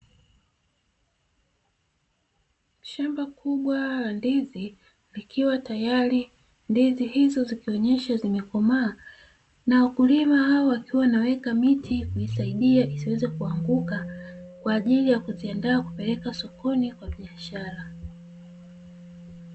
Shamba kubwa la ndizi likiwa tayari ndizi hizo zikionyesha zimekomaa na wakulima wakiwa wanaweka miti kuisaidia isisweze kuanguka, kwa ajili ya kuandaa kupeleka sokoni kwa biashara.